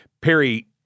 Perry